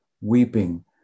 weeping